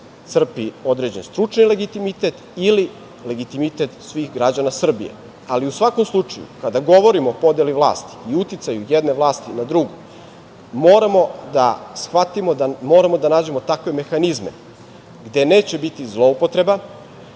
crpi određeni stručni legitimitet ili legitimitet svih građana Srbije.U svakom slučaju, kada govorimo o podeli vlasti i uticaju jedne vlasti na drugu, moramo da shvatimo da moramo da nađemo takve mehanizme gde neće biti zloupotreba,